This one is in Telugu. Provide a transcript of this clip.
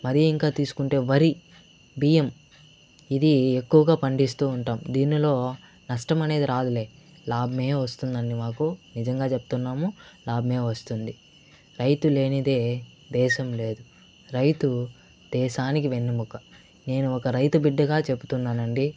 మరీ ఇంకా తీసుకుంటే వరి బియ్యం ఇది ఎక్కువగా పండిస్తూ ఉంటాం దీనిలో నష్టం అనేది రాదులే లాభమే వస్తుందండి మాకు నిజంగా చెప్తున్నాము లాభమే వస్తుంది రైతు లేనిదే దేశం లేదు రైతు దేశానికి వెన్నెముక నేను ఒక రైతు బిడ్డగా చెప్తున్నానండి